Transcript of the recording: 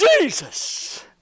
Jesus